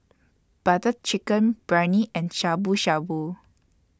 Butter Chicken Biryani and Shabu Shabu